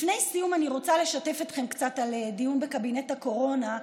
לפני סיום אני רוצה לשתף אתכם קצת בדיון בקבינט הקורונה,